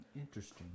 Interesting